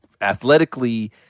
athletically